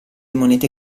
monete